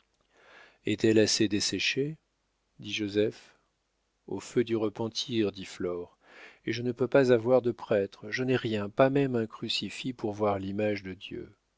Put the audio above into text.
est-elle assez desséchée dit joseph au feu du repentir dit flore eh je ne peux pas avoir de prêtre je n'ai rien pas même un crucifix pour voir l'image de dieu